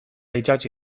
itsatsi